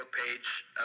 page